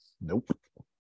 Nope